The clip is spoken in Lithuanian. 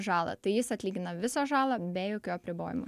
žalą tai jis atlygina visą žalą be jokių apribojimų